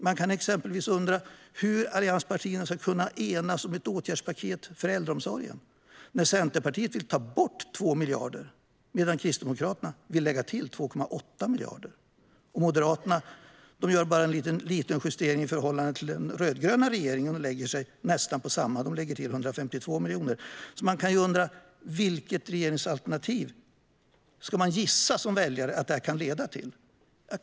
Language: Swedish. Man kan exempelvis undra hur allianspartierna ska kunna enas om ett åtgärdspaket för äldreomsorgen när Centerpartiet vill ta bort 2 miljarder medan Kristdemokraterna vill lägga till 2,8 miljarder. Moderaterna gör bara en liten justering i förhållande till den rödgröna regeringen. De lägger sig på nästan samma belopp, men lägger till 152 miljoner. Man kan undra: Vilket regeringsalternativ kan man som väljare gissa att det leder till?